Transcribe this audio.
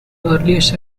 earliest